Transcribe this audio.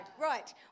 Right